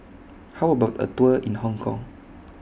How about A Tour in Hong Kong